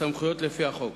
בסמכויות לפי חוק,